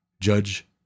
judge